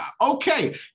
Okay